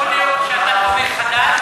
יכול להיות שאתה תומך חד"ש?